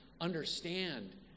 understand